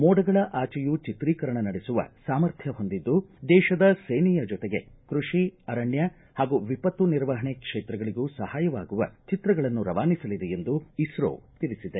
ಮೋಡಗಳ ಆಚೆಯೂ ಚಿತ್ರೀಕರಣ ನಡೆಸುವ ಸಾಮರ್ಥ್ಯ ಹೊಂದಿದ್ದು ದೇತದ ಸೇನೆಯ ಜೊತೆಗೆ ಕೃಷಿ ಅರಣ್ಯ ಹಾಗೂ ವಿಪತ್ತು ನಿರ್ವಹಣೆ ಕ್ಷೇತ್ರಗಳಗೂ ಸಹಾಯವಾಗುವ ಚಿತ್ರಗಳನ್ನು ರವಾನಿಸಲಿದೆ ಎಂದು ಇಸ್ರೋ ತಿಳಿಸಿದೆ